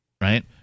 right